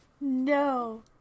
No